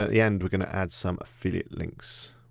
at the end, we're gonna add some affiliate links.